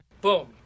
Boom